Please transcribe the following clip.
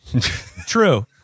True